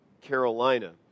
Carolina